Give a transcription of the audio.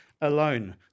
alone